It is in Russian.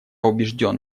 убежден